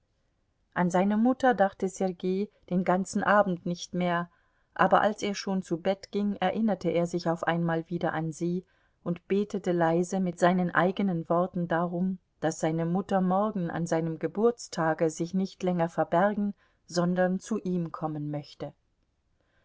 an seine mutter dachte sergei den ganzen abend nicht mehr aber als er schon zu bett ging erinnerte er sich auf einmal wieder an sie und betete leise mit seinen eigenen worten darum daß seine mutter morgen an seinem geburtstage sich nicht länger verbergen sondern zu ihm kommen möchte